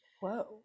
whoa